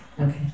Okay